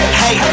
hey